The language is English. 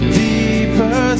deeper